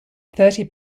thirty